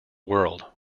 world